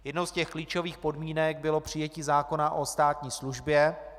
Jednou z těch klíčových podmínek bylo přijetí zákona o státní službě.